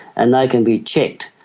and they can be checked.